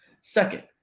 Second